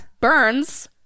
Burns